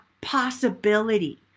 possibility